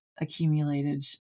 accumulated